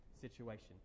situation